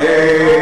כזאת.